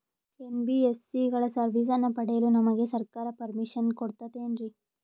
NBSC ಗಳ ಸರ್ವಿಸನ್ನ ಪಡಿಯಲು ನಮಗೆ ಸರ್ಕಾರ ಪರ್ಮಿಷನ್ ಕೊಡ್ತಾತೇನ್ರೀ?